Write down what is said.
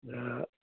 दा